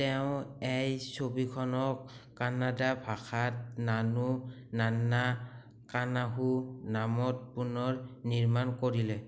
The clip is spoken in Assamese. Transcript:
তেওঁ এই ছবিখনক কন্নড় ভাষাত নানু নান্না কানাসু নামত পুনৰ নিৰ্মাণ কৰিলে